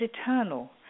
eternal